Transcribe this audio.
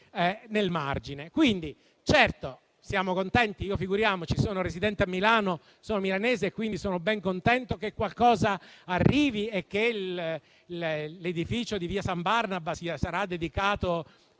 nel margine. Certo siamo contenti. Io, figuriamoci, sono residente a Milano, sono milanese e sono ben contento che qualcosa arrivi e che l'edificio di via San Barnaba sia destinato